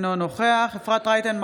אינו נוכח אפרת רייטן מרום,